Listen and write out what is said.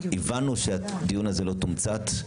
הבנו שהדיון הזה לא תומצת,